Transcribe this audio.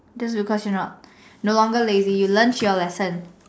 that's because you're not no longer lazy you learnt your lesson